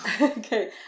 okay